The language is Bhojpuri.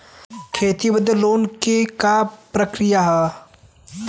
खेती बदे लोन के का प्रक्रिया ह?